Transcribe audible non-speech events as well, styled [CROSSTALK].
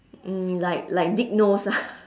um like like dig nose ah [LAUGHS]